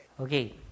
Okay